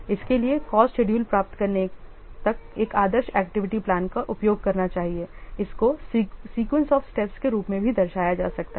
इसलिए cost schedule प्राप्त करने तक एक आदर्श एक्टिविटी प्लान का उपयोग करना चाहिए इसको सीक्वेंस ऑफ स्टेप्स के रूप में भी दर्शाया जा सकता है